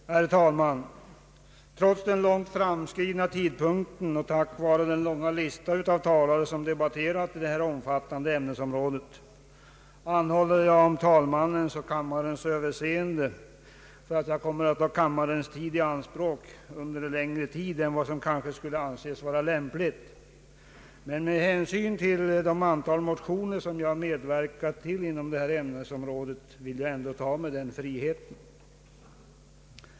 Herr talman! Trots den långt framskridna tiden och trots att så många talare debatterat detta omfattande ämnesområde ber jag om talmannens och kammarens överseende att jag kanske kommer att ta längre tid i anspråk än vad som kan anses lämpligt. Men med hänsyn till det antal motioner som jag medverkat till att skriva inom detta ämne vill jag ändå ta mig den friheten.